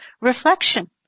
reflection